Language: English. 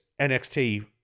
nxt